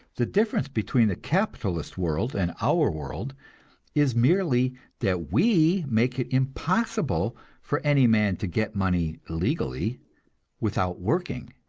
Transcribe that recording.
the difference between the capitalist world and our world is merely that we make it impossible for any man to get money legally without working.